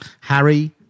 Harry